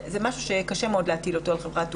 סכום שקשה מאוד להטיל אותו על חברת תעופה.